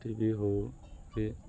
ଟି ଭି ହଉ କି